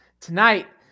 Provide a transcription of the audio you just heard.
tonight